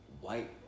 white